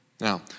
Now